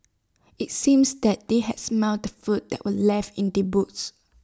IT seems that they had smelt the food that were left in the boot